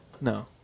No